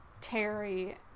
terry